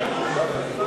פעילות